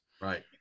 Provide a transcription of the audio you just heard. Right